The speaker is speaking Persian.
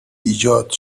ایجاد